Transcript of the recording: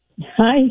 Hi